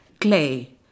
clay